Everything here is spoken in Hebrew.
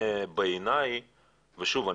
ושוב,